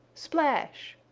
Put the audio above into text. splash!